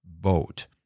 boat